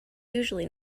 usually